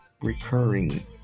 recurring